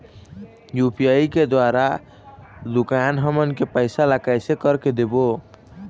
UPI के द्वारा दुकान हमन के पैसा ला कैसे कर के देबो?